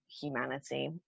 humanity